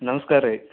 ನಮ್ಸ್ಕಾರ ರೀ